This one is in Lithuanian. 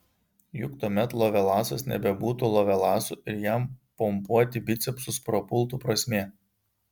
juk tuomet lovelasas nebebūtų lovelasu ir jam pompuoti bicepsus prapultų prasmė